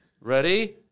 Ready